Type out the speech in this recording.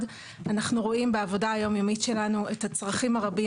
אנחנו רואים בעבודה היום יומית שלנו את הצרכים הרבים,